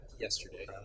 yesterday